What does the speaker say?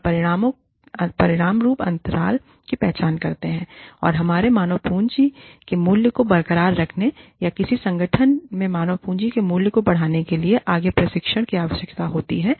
और परिणामस्वरूप अंतराल की पहचान करते हैं और हमारे मानव पूँजी के मूल्य को बरकरार रखने या किसी संगठन में मानव पूँजी के मूल्य को बढ़ाने के लिए आगे के प्रशिक्षण की आवश्यकता होती है